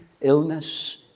illness